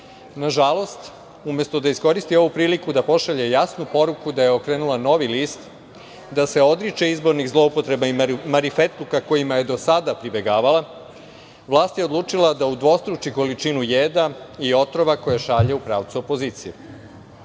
uslove. Nažalost, umesto da iskoristi ovu priliku da pošalje jasnu poruku da je okrenula novi list, da se odriče izbornih zloupotreba i marifetluka kojima je do sada pribegavala, vlast je odlučila da udvostruči količinu jeda i otrova koje šalje u pravcu opozicije. Odakle